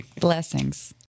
Blessings